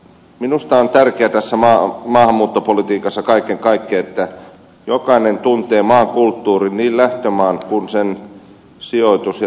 minusta on tärkeää tässä maahanmuuttopolitiikassa kaiken kaikkiaan että jokainen tuntee maan kulttuurin niin lähtömaan kuin sen sijoitus ja tulomaankin kulttuurin